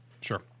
Sure